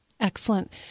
Excellent